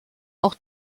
auch